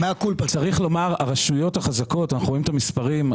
צריך לומר שהרשויות החזקות במרכז אנחנו רואים את המספרים,